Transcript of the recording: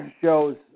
shows